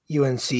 UNC